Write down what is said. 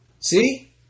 See